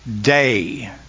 day